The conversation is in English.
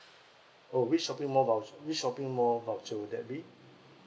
oh which shopping mall vouc~ which shopping mall voucher would that be